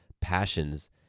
passions